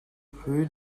rue